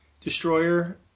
Destroyer